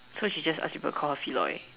so she just ask people call her Feloy